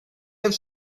have